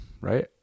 right